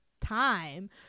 time